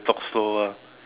talk slower